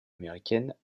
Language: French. américaine